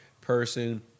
person